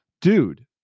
Dude